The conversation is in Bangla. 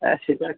হ্যাঁ সে তো এক